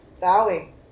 bowing